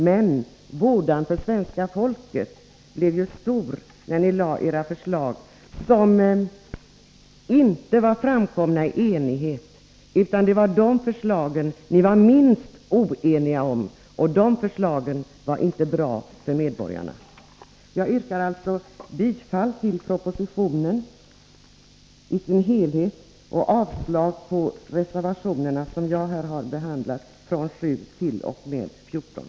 Men framför allt blev vådan för det svenska folket stor när ni framlade era förslag om vilka ni inte själva var eniga. De förslag som ni var minst oense om var inte bra för medborgarna. Jag yrkar bifall till propositionen i dess helhet och därmed avslag på reservationerna 7-14.